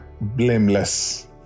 blameless